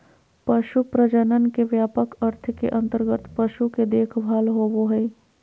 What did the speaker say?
पशु प्रजनन के व्यापक अर्थ के अंतर्गत पशु के देखभाल होबो हइ